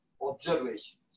observations